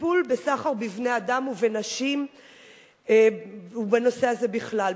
בטיפול בסחר בבני-אדם ובנשים ובנושא הזה בכלל.